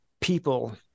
people